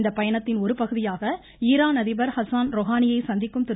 இந்தப் பயணத்தின் ஒருபகுதியாக ஈரான் அதிபர் ஹாசன் ரொஹானியை சந்திக்கும் திரு